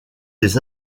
des